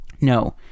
no